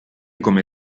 come